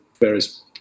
various